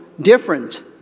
different